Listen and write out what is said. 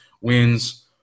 wins